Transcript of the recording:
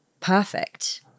Perfect